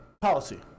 policy